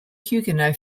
huguenot